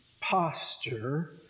posture